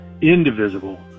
indivisible